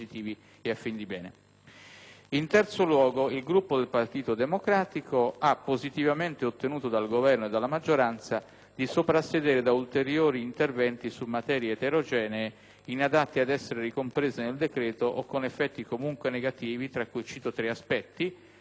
di soprassedere ad ulteriori interventi su materie eterogenee, inadatte ad essere ricomprese nel decreto e/o con effetti comunque negativi, tra cui ne cito tre: la posticipazione del riordino degli enti di ricerca; la rinuncia a riformare la giustizia amministrativa e il relativo consiglio di presidenza;